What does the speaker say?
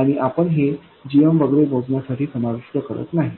आणि आपण हे gmवगैरे मोजण्यासाठी समाविष्ट करत नाही